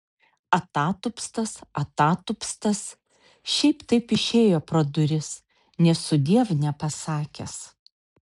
atatupstas atatupstas šiaip taip išėjo pro duris nė sudiev nepasakęs